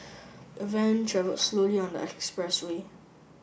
the van travelled slowly on the expressway